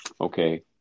okay